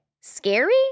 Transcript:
scary